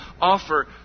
offer